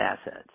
assets